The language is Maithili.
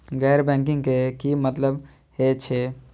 गैर बैंकिंग के की मतलब हे छे?